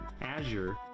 Azure